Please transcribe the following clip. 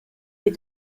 est